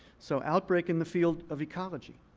so outbreak in the field of ecology,